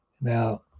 Now